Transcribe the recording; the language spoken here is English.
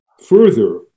further